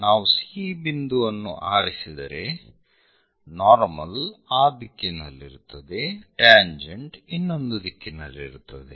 ನಾವು C ಬಿಂದುವನ್ನು ಆರಿಸಿದರೆ ನಾರ್ಮಲ್ ಆ ದಿಕ್ಕಿನಲ್ಲಿರುತ್ತದೆ ಟ್ಯಾಂಜೆಂಟ್ ಇನ್ನೊಂದು ದಿಕ್ಕಿನಲ್ಲಿರುತ್ತದೆ